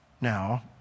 Now